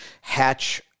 Hatch